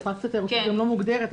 האטרקציה התיירותית גם לא מוגדרת,